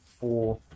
four